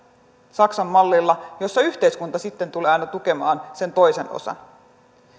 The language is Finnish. saksan mallilla jossa yhteiskunta tulee aina tukemaan sen toisen osan